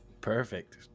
perfect